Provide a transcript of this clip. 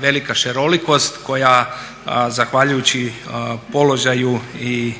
velika šarolikost koja zahvaljujući položaju i